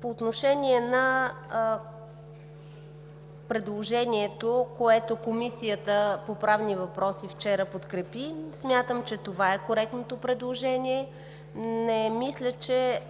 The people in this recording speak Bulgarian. по отношение на предложението, което Комисията по правни въпроси вчера подкрепи, смятам, че това е коректното предложение. Не мисля, че